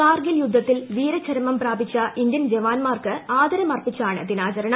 കാർഗിൽ യുദ്ധത്തിൽ വീരചരമം പ്രാപിച്ച ഇന്ത്യൻ ജവാന്മാർക്ക് ആദരമർപ്പിച്ചാണ് ദിനാചരണം